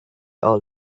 all